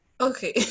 Okay